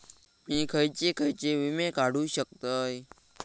मी खयचे खयचे विमे काढू शकतय?